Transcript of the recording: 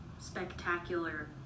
spectacular